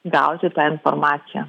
gauti tą informaciją